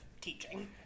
teaching